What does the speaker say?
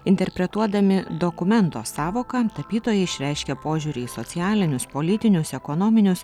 interpretuodami dokumento sąvoką tapytojai išreiškia požiūrį į socialinius politinius ekonominius